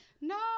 no